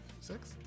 Six